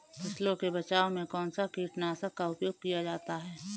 फसलों के बचाव में कौनसा कीटनाशक का उपयोग किया जाता है?